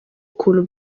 ukuntu